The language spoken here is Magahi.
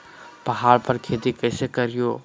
पहाड़ पर खेती कैसे करीये?